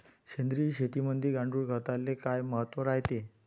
सेंद्रिय शेतीमंदी गांडूळखताले काय महत्त्व रायते?